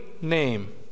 name